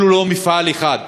אפילו לא מפעל אחד.